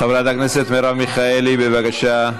חברת הכנסת מרב מיכאלי, בבקשה.